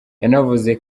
yanavuze